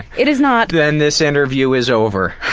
it is not. then this interview is over.